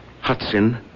Hudson